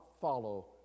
follow